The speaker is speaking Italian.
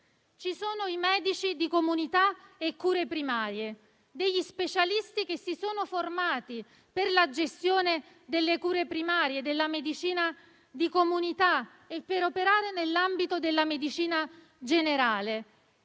Ci sono i medici di comunità e cure primarie, specialisti che si sono formati per la gestione delle cure primarie e della medicina di comunità e per operare nell'ambito della medicina generale.